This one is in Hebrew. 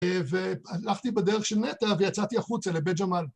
והלכתי בדרך של נטע, ויצאתי החוצה לבית ג'מאל.